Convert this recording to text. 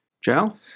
Joe